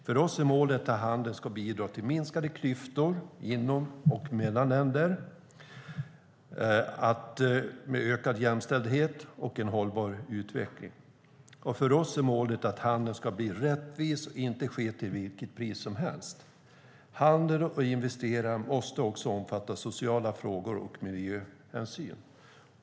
För oss är målet att handeln ska bidra till minskade klyftor inom och mellan länder, med ökad jämställdhet och en hållbar utveckling. För oss är målet att handeln ska bli rättvis och inte ske till vilket pris som helst. Handel och investeringar måste också omfatta sociala frågor och miljöhänsyn.